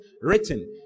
written